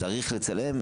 צריך לצלם,